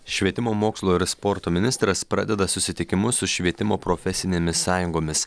švietimo mokslo ir sporto ministras pradeda susitikimus su švietimo profesinėmis sąjungomis